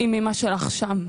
אימא שלך שם.